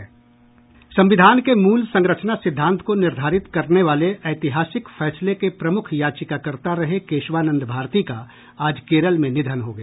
संविधान के मूल संरचना सिद्धांत को निर्धारित करते वाले ऐतिहासिक फैसले के प्रमुख याचिकाकर्ता रहे केशवानंद भारती का आज केरल में निधन हो गया